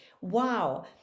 wow